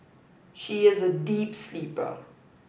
she is a deep sleeper